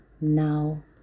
now